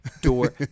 door